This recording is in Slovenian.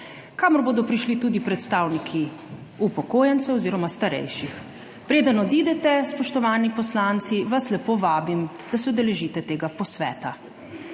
kamor bodo prišli tudi predstavniki upokojencev oziroma starejših. Preden odidete, spoštovani poslanci, vas lepo vabim, da se udeležite tega posveta.